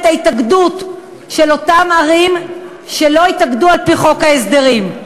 ההתאגדות של אותן ערים שלא התאגדו על-פי חוק ההסדרים.